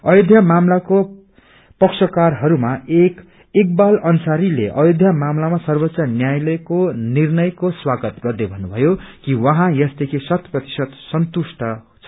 अयोध्या मामलाको पक्षकारहरूमा एक इकबाल अंसारीले अयोध्या मामलामा सर्वोच्च न्यायालयको निर्णयका स्वागत गर्दै भन्नुभयो कि उहाँ यसदेखि शत प्रतिशत संतुष्ठ छन्